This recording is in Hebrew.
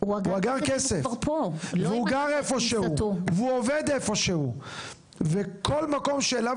הוא אגר כסף והוא גר איפשהו והוא עובד איפשהו וכל מקום שאליו